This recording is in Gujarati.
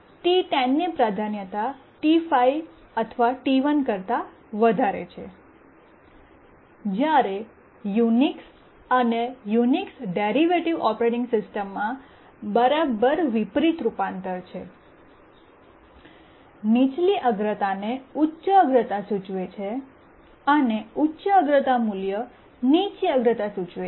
T10ની પ્રાધાન્યતા T5 અથવા T1 કરતા વધારે છે જ્યારે યુનિક્સ અને યુનિક્સ ડેરિવેટિવ ઓપરેટિંગ સિસ્ટમ્સમાં બરાબર વિપરીત રૂપાંતર છે નીચલી અગ્રતાને ઉચ્ચ અગ્રતા સૂચવે છે અને ઉચ્ચ અગ્રતા મૂલ્ય નીચી અગ્રતા સૂચવે છે